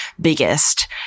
biggest